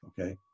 okay